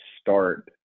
start